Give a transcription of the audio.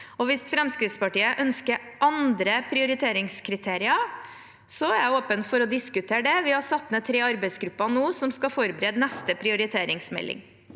Hvis Fremskrittspartiet ønsker andre prioriteringskriterier, er jeg åpen for å diskutere det. Vi har nå satt ned tre arbeidsgrupper som skal forberede neste prioriteringsmelding.